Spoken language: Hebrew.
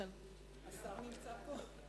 השר נמצא פה.